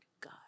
God